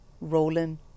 rolling